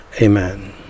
amen